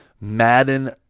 Madden